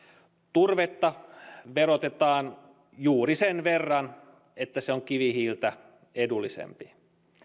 turvetta verotetaan juuri sen verran että se on kivihiiltä edullisempi